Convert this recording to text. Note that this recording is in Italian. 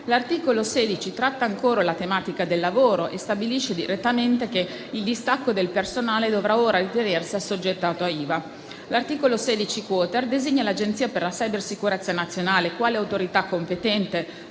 L'articolo 16-*ter* tratta ancora la tematica del lavoro e stabilisce che il distacco del personale dovrà ora ritenersi assoggettato a IVA. L'articolo 16-*quater* designa l'Agenzia per la cybersicurezza nazionale quale autorità competente